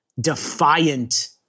defiant